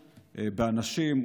באנשים,